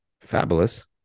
Fabulous